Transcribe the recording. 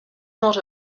not